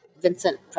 Vincent